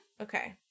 Okay